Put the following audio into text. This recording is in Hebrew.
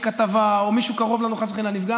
כתבה או מישהו קרוב לנו חס וחלילה נפגע,